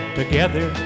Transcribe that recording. together